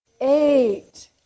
eight